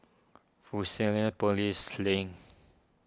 Fusionopolis Link